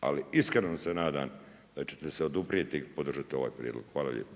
ali iskreno se nadam, da ćete se oduprijeti i podržati ovaj prijedlog. Hvala lijepo.